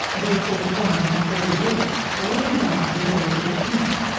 therefore, once in forty days, all the gods gathered at a feast,